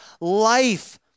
life